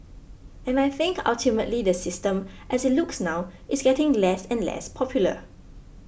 and I think ultimately the system as it looks now is getting less and less popular